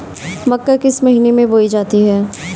मक्का किस महीने में बोई जाती है?